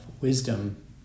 wisdom